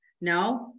no